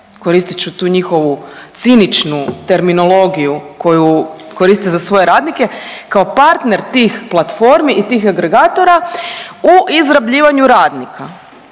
koristit ću njihovu ciničnu terminologiju koju koriste za svoje radnike, kao partner tih platformi i tih agregatora u izrabljivanju radnika.